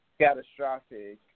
catastrophic